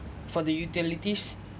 for the utilities